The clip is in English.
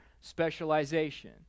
specialization